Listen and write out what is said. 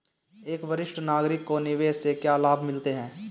एक वरिष्ठ नागरिक को निवेश से क्या लाभ मिलते हैं?